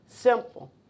Simple